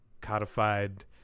codified